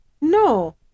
No